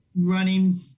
running